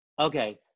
Okay